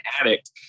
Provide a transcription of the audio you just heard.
addict